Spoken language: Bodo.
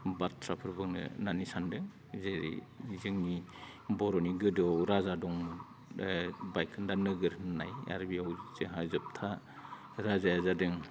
बाथ्राफोरखौनो बुंनो होननानै सान्दों जेरै जोंनि बर'नि गोदोआव राजा दं बे बायखोन्दा नोगोर होननाय आरो बेयाव जोंहा जोबथा राजाया जादों